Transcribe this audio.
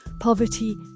poverty